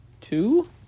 two